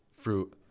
fruit